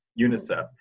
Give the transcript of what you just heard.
UNICEF